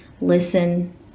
listen